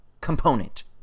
component